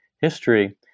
history